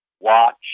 watch